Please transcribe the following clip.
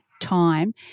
time